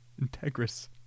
Integris